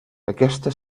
aquesta